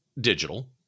digital